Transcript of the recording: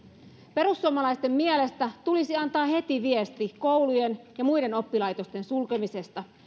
perussuomalaisten mielestä tulisi antaa heti viesti koulujen ja muiden oppilaitosten sulkemisesta